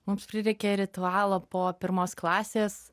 mums prireikė ritualo po pirmos klasės